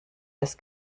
des